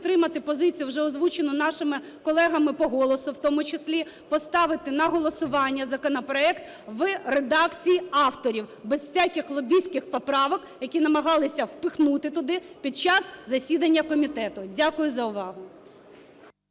підтримати позицію вже озвучену нашими колегами по "Голосу" в тому числі, поставити на голосування законопроект в редакції авторів без всяких лобістських поправок, які намагалися впихнути туди під час засідання комітету. Дякую за увагу.